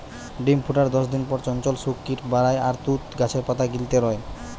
ডিম ফুটার দশদিন পর চঞ্চল শুক কিট বারায় আর তুত গাছের পাতা গিলতে রয়